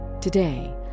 today